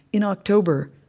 in october,